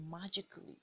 magically